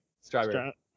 Strawberry